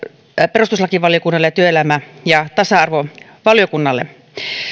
perustuslakivaliokunnalle ja työelämä ja tasa arvovaliokunnalle